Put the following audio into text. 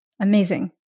Amazing